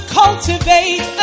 cultivate